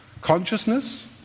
Consciousness